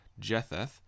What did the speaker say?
Jetheth